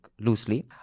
loosely